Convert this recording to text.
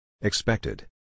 Expected